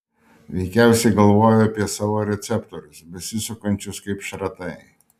veikiausiai galvojo apie savo receptorius besisukančius kaip šratai